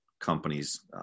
companies